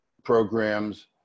programs